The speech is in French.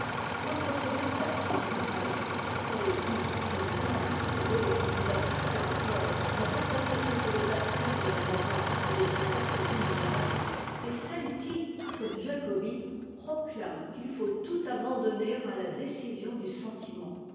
entre ces deux classes de moralistes celle qui comme kant et d'autres plus abstraits encore veut rapporter toutes les actions de la morale à des préceptes immuables et celle qui comme jacobi proclame qu'il faut tout abandonner à la décision du sentiment